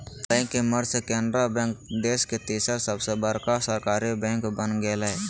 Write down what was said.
bank के merge से Canara bank देश के तीसर सबसे बड़का सरकारी बैंक बन गेलय